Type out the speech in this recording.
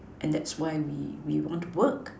and that's why we we want to work